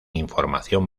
información